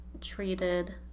treated